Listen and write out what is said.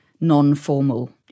non-formal